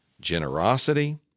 generosity